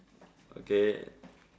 okay